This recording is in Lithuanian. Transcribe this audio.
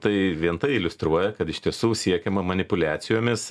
tai vien tai iliustruoja kad iš tiesų siekiama manipuliacijomis